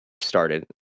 started